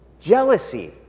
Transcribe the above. jealousy